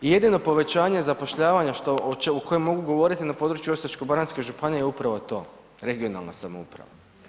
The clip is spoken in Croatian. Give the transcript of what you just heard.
I jedino povećanje zapošljavanja o kojem mogu govoriti na području Osječko-baranjske županije je upravo to, regionalna samouprava.